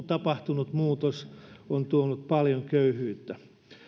tapahtunut muutos on tuonut paljon köyhyyttä